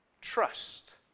trust